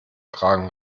kragen